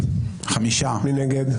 מי נגד?